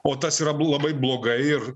o tas yra labai blogai ir